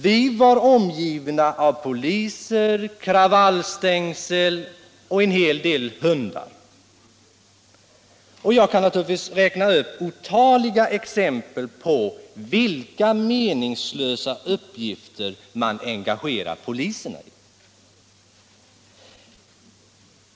Vi var omgivna av poliser, kravallstängsel och en hel del hundar. Jag kan räkna upp otaliga exempel på vilka meningslösa uppgifter man engagerar poliserna i.